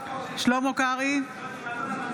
שלמה קרעי,